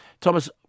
Thomas